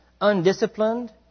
undisciplined